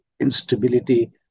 instability